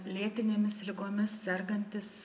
lėtinėmis ligomis sergantys